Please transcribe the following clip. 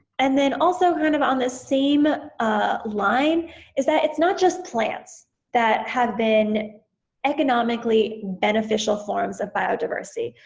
and then also kind of on the same ah line is that it's not just plants that have been economically beneficial forms of biodiversity,